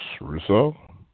Russo